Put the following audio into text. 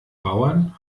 bauern